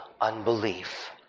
unbelief